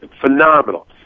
phenomenal